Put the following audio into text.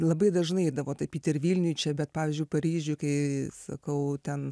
labai dažnai eidavo tapyt ir vilniuj čia bet pavyzdžiui paryžiuj kai sakau ten